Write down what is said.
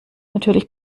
natürlich